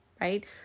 right